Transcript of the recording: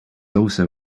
also